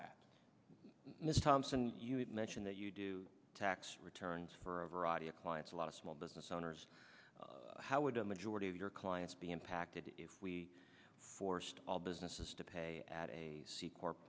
that miss thompson you had mentioned that you do tax returns for a variety of clients a lot of small business owners how would a majority of your clients be impacted if we forced all businesses to pay at a